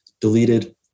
deleted